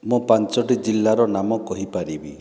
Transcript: ମୁଁ ପାଞ୍ଚଟି ଜିଲ୍ଲାର ନାମ କହିପାରିବି